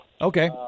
Okay